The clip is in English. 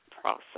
process